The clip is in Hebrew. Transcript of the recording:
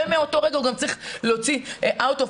ומאותו רגע הוא גם צריך להוציא out of